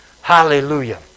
Hallelujah